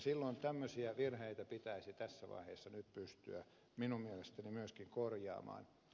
silloin tämmöisiä virheitä pitäisi tässä vaiheessa nyt pystyä minun mielestäni myös korjaamaan